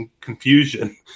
confusion